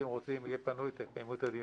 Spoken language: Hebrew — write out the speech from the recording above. הוא יהיה פנוי ותקיימו את הדיון.